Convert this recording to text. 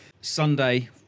Sunday